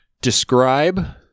Describe